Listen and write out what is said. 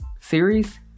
series